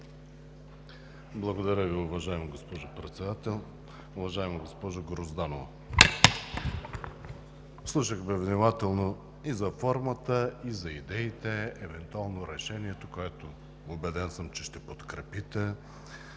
Благодаря Ви, уважаема госпожо Председател. Уважаема госпожо Грозданова, слушах Ви внимателно за формата, за идеите и евентуално решението, което, убеден съм, че ще подкрепите,